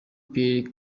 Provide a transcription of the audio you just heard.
pierre